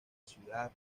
ciudad